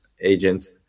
agents